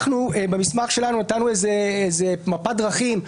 במסמך שלנו נתנו מפת דרכים.